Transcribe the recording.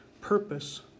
purpose